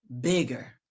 bigger